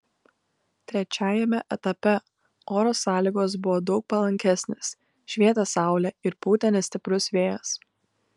trečiajame etape oro sąlygos buvo daug palankesnės švietė saulė ir pūtė nestiprus vėjas